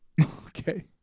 Okay